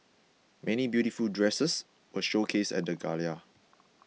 many beautiful dresses were showcased at the gala